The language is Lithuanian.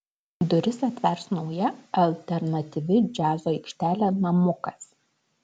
duris atvers nauja alternatyvi džiazo aikštelė namukas